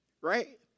right